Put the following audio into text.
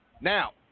Now